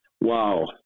Wow